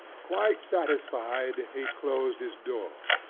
quite satisfied, he closed his door,